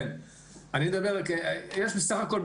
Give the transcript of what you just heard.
בסך-הכול,